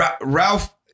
Ralph